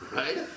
Right